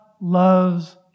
loves